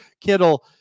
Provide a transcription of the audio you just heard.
Kittle